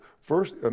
First